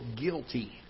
guilty